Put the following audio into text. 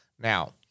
Now